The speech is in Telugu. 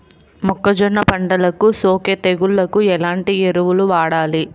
మొక్కజొన్న పంటలకు సోకే తెగుళ్లకు ఎలాంటి ఎరువులు వాడాలి?